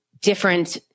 different